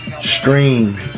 Stream